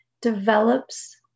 develops